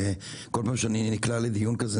שכל פעם שאני נקלע לדיון כזה,